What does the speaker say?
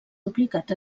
duplicat